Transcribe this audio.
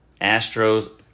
Astros